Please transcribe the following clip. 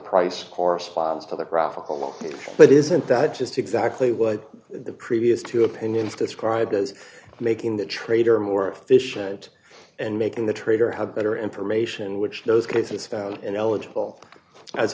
price corresponds to the profitable but isn't that just exactly what the previous two opinions described as making the trader more efficient and making the trader have better information which those cases for an eligible as